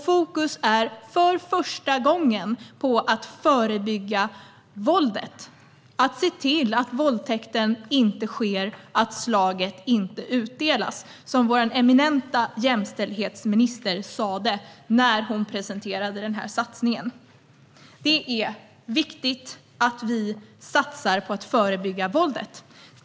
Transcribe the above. Fokus är för första gången på att förebygga våldet, att se till att våldtäkten inte sker, att slaget inte utdelas - som vår eminenta jämställdhetsminister sa när hon presenterade satsningen. Det är viktigt att vi satsar på att förebygga våldet.